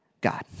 God